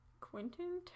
Quentin